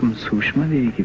sushma devi!